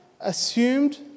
assumed